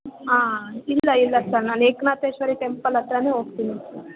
ಆಂ ಇಲ್ಲ ಇಲ್ಲ ಸರ್ ನಾನು ಏಕನಾಥೇಶ್ವರಿ ಟೆಂಪಲ್ ಹತ್ರನೇ ಹೋಗ್ತಿನಿ ಸರ್